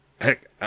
Heck